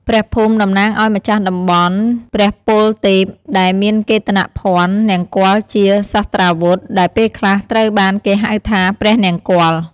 ព្រះភូមិ តំណាងឱ្យម្ចាស់តំបន់ព្រះពលទេព ដែលមានកេតនភណ្ឌ នង្គ័លជាសាស្ត្រាវុធ ដែលពេលខ្លះត្រូវបានគេហៅថា ព្រះនង្គ័ល ។